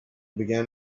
began